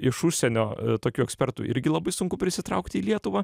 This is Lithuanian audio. iš užsienio tokių ekspertų irgi labai sunku prisitraukti į lietuvą